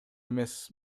эмес